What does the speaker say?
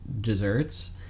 desserts